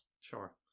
Sure